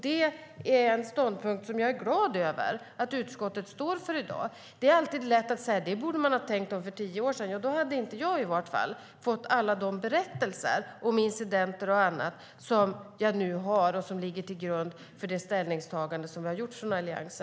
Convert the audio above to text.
Det är en ståndpunkt som jag är glad över att utskottet i dag står för. Det är alltid lätt att säga: Det där borde man ha tänkt på för tio år sedan. Men då hade i vart fall inte jag fått höra de berättelser om incidenter och annat som nu ligger till grund för Alliansens ställningstagande.